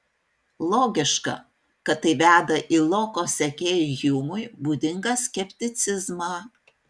logiška kad tai veda į loko sekėjui hjumui būdingą skepticizmą